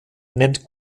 nennt